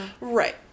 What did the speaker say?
right